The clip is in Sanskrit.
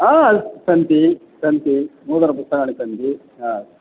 आ सन्ति सन्ति नूतन पुस्तकानि सन्ति